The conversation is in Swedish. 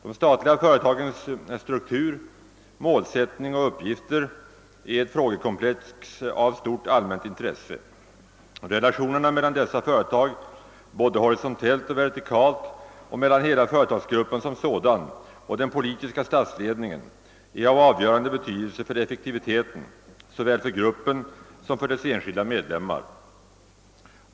De statliga företagens struktur, målsättning och uppgifter är ett frågekomplex av stort allmänt intresse. Relationerna mellan dessa företag både horisontellt och vertikalt och mellan företagsgruppen som sådan och den politiska statsledningen har avgörande betydelse för effektiviteten såväl för gruppen som för dess enskilda medlemmar.